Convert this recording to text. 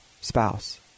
spouse